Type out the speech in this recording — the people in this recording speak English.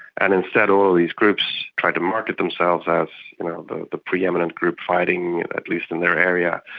and instead all these groups tried to market themselves as the the pre-eminent group fighting, at least in their area,